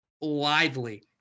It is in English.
lively